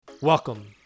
Welcome